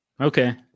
okay